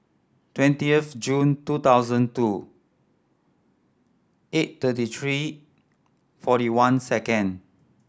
twentieth June two thousand two eight thirty three forty one second